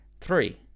Three